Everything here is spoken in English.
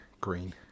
Green